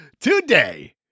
Today